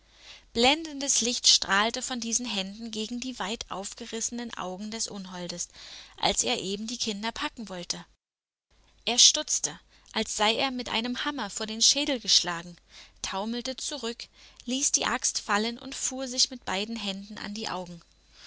blendendes licht strahlte von diesen händen gegen die weit aufgerissenen augen des unholdes als er eben die kinder packen wollte er stutzte als sei er mit einem hammer vor den schädel geschlagen taumelte zurück ließ die axt fallen und fuhr sich mit beiden händen an die augen